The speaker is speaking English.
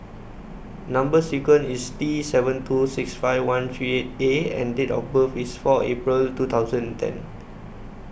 Number sequence IS T seven two six five one three eight A and Date of birth IS four April two thousand and ten